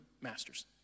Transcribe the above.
masters